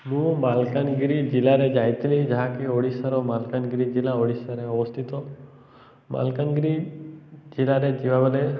ମୁଁ ମାଲକାନଗିରି ଜିଲ୍ଲାରେ ଯାଇଥିଲି ଯାହାକି ଓଡ଼ିଶାର ମାଲକାନଗିରି ଜିଲ୍ଲା ଓଡ଼ିଶାରେ ଅବସ୍ଥିତ ମାଲକାନଗିରି ଜିଲ୍ଲାରେ ଯିବାବେଳେ